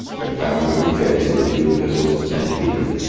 their founders rejected the two epistles of st. peter,